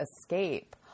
escape